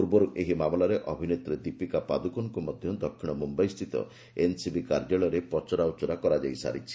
ପୂର୍ବରୁ ଏହି ମାମଲାରେ ଅଭିନେତ୍ରୀ ଦୀପିକା ପାଦୁକୋନ୍କୁ ମଧ୍ୟ ଦକ୍ଷିଣ ମୁମ୍ୟାଇ ସ୍ଥିତ ଏନ୍ସିବି କାର୍ଯ୍ୟାଳୟରେ ପଚରା ଉଚରା କରାଯାଇ ସାରିଛି